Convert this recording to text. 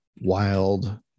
wild